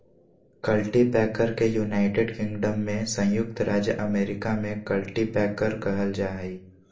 cultipacker के United Kingdom में संयुक्त राज्य अमेरिका में कल्टीपैकर कहल जा हइ